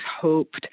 hoped